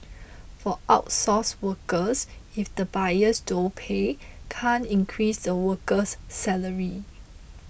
for outsourced workers if the buyers don't pay can't increase the worker's salary